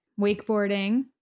wakeboarding